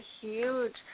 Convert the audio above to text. huge